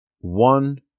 One